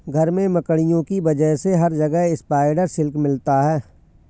घर में मकड़ियों की वजह से हर जगह स्पाइडर सिल्क मिलता है